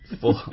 Four